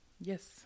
Yes